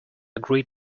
agree